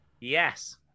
Yes